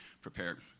prepared